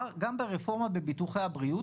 גם ברפורמה בביטוחי הבריאות,